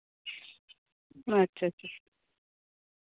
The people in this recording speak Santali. ᱟᱪᱪᱷᱟᱼᱪᱷᱟ